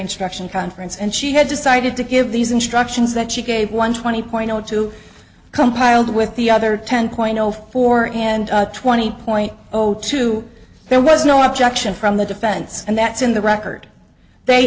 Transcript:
instruction conference and she had decided to give these instructions that she gave one twenty point zero two compiled with the other ten point zero four and twenty point zero two there was no objection from the defense and that's in the record they